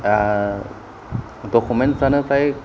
document फ्रानो फ्राय